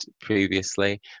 previously